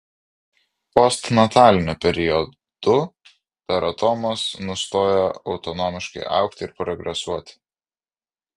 postnataliniu periodu teratomos nustoja autonomiškai augti ir progresuoti